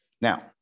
Now